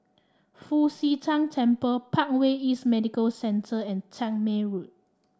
Fu Xi Tang Temple Parkway East Medical Centre and Tangmere Road